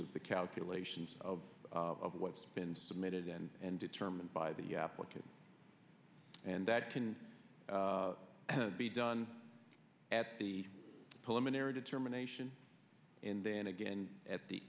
of the calculations of what's been submitted and determined by the applicant and that can be done at the pulmonary determination and then again at the